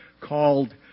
called